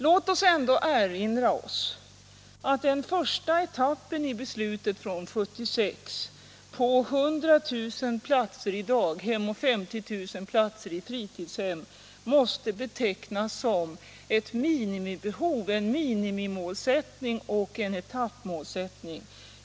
Vi bör ändå erinra oss att beslutet från 1976 om 100 000 platser i daghem och 50 000 platser i fritidshem måste betecknas som en minimimålsättning och en etappmålsättning.